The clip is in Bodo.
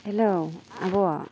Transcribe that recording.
हेलौ आब'